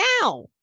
now